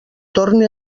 torne